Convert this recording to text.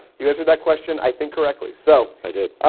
you answered that question i think correctly. so i did.